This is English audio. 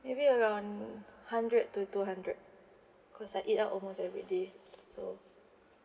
maybe around hundred to two hundred cause I eat out almost every day so